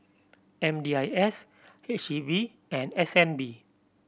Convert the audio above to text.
M D I S H E B and S N B